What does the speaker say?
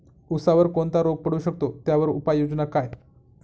ऊसावर कोणता रोग पडू शकतो, त्यावर उपाययोजना काय?